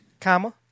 Comma